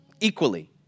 equally